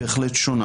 ולכן אני אומר,